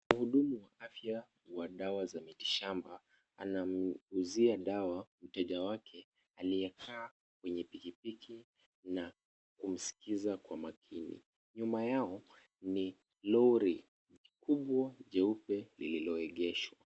Mhudumu wa afya wa dawa za miti shamba anamuuzia dawa mteja wake aliyekaa kwenye pikipiki na kumskiza kwa makini. Nyuma yao ni lori kubwa jeupe lililoegeshwa.